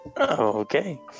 okay